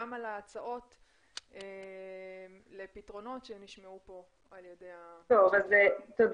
גם על ההצעות לפתרונות שנשמעו פה על ידי ה- -- תודה.